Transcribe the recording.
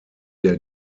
der